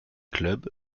clubs